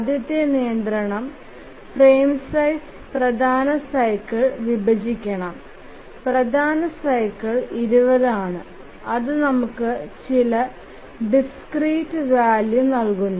ആദ്യത്തെ നിയന്ത്രണം frame size പ്രധാന സൈക്കിൾ വിഭജിക്കണം പ്രധാന സൈക്കിൾ 20 ആണ് അത് നമുക്ക് ചില ഡിസ്ക്രീറ്റ് വാല്യൂ നൽകുന്നു